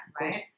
right